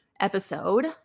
episode